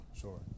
sure